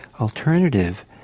alternative